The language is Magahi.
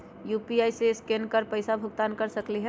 यू.पी.आई से स्केन कर पईसा भुगतान कर सकलीहल?